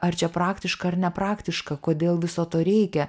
ar čia praktiška ar nepraktiška kodėl viso to reikia